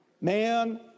Man